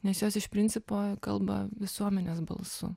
nes jos iš principo kalba visuomenės balsu